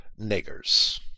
niggers